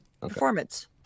Performance